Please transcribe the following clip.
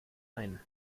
ein